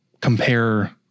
compare